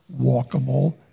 walkable